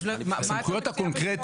אז מה אתה מציע לכתוב